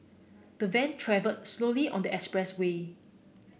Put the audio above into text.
the van travelled slowly on the expressway